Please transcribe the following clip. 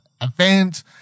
event